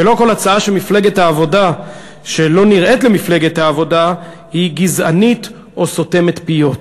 ולא כל הצעה שלא נראית למפלגת העבודה היא גזענית או סותמת פיות.